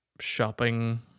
shopping